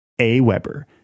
AWeber